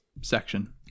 section